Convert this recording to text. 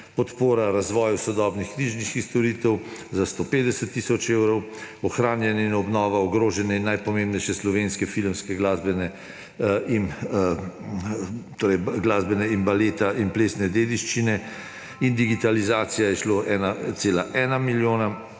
podpora razvoju sodobnih knjižničnih storitev za 150 tisoč evrov, ohranjanje in obnova najbolj ogrožene in najpomembnejše slovenske filmske, glasbene, baletne in plesne dediščine in digitalizacija kulturne dediščine